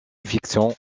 fictions